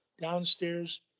downstairs